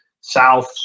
South